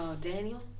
Daniel